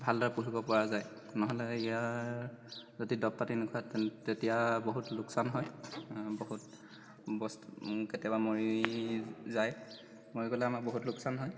ভালদৰে পুহিব পৰা যায় নহ'লে ইয়াৰ যদি দৰৱ পাতি নুখুৱাই তেন্তে তেতিয়া বহুত লোকচান হয় বহুত বস্তু কেতিয়াবা মৰি যায় মৰি গ'লে আমাৰ বহুত লোকচান হয়